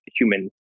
human